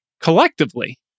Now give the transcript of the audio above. collectively